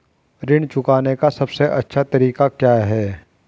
ऋण चुकाने का सबसे अच्छा तरीका क्या है?